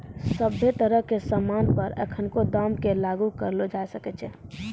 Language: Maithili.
सभ्भे तरह के सामान पर एखनको दाम क लागू करलो जाय सकै छै